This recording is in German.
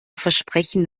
versprechen